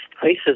places